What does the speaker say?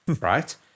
right